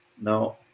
Now